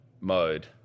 mode